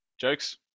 Jokes